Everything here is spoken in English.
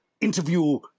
interview